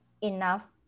enough